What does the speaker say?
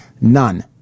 None